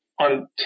on